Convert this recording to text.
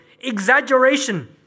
exaggeration